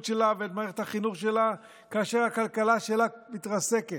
שלה ואת מערכת החינוך שלה כאשר הכלכלה שלה מתרסקת.